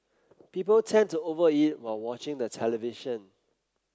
people tend to over eat while watching the television